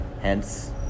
hence